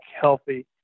healthy